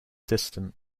distant